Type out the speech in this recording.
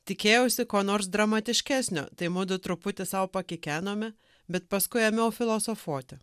tikėjausi ko nors dramatiškesnio tai mudu truputį sau pakikenome bet paskui ėmiau filosofuoti